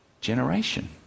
generation